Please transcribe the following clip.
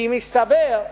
כי מסתבר,